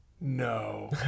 no